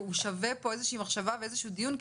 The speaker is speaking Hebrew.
והוא שווה איזושהי מחשבה ואיזשהו דיון.